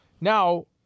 now